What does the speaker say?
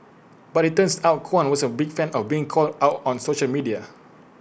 but IT turns out Kwan wasn't A big fan of being called out on social media